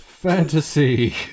fantasy